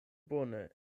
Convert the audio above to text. bone